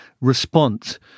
response